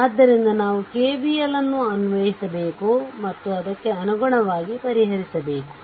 ಆದ್ದರಿಂದ ನಾವು KVL ಅನ್ನು ಅನ್ವಯಿಬೇಕು ಮತ್ತು ಅದಕ್ಕೆ ಅನುಗುಣವಾಗಿ ಪರಿಹರಿಸಬೇಕು